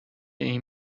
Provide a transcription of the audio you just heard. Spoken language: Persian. این